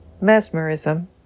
mesmerism